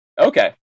okay